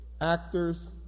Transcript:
actors